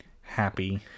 Happy